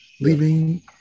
leaving